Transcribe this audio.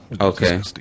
Okay